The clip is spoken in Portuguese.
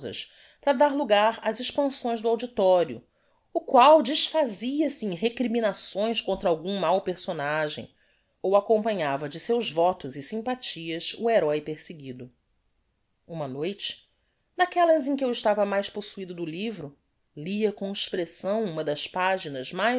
pausas para dar logar ás expansões do auditorio o qual desfazia-se em recriminações contra algum máo personagem ou acompanhava de seus votos e sympathias o heróe perseguido uma noite daquellas em que eu estava mais possuido do livro lia com expressão uma das paginas mais